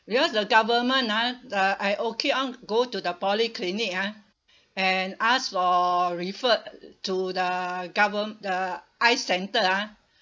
because the government ah uh I okay on go to the polyclinic ah and asked for refer to the govern~ the eye centre ah